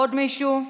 עוד מישהו?